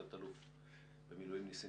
תת-אלוף במילואים ניסים